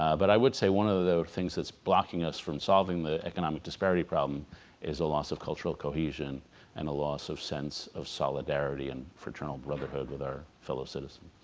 but i would say one of the things that's blocking us from solving the economic disparity problem is a loss of cultural cohesion and a loss of sense of solidarity and fraternal brotherhood with our fellow citizens.